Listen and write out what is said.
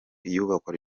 iyubakwa